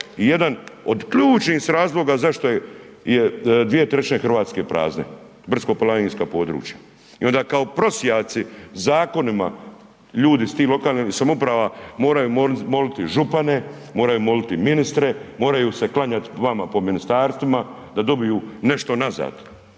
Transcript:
jedan od ključnih razloga zašto je 2/3 RH prazne, brdsko planinska područja i onda kao prosjaci zakonima ljudi s tih lokalnih samouprava moraju moliti župane, moraju moliti ministre, moraju se klanjat vama po ministarstvima da dobiju nešto nazad,